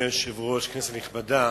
אדוני היושב-ראש, כנסת נכבדה,